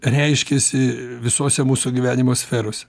reiškiasi visose mūsų gyvenimo sferose